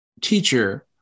teacher